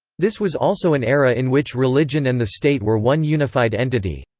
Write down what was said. this was also an era in which religion and the state were one unified entity.